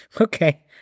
Okay